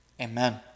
Amen